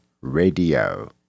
radio